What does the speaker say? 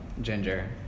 Ginger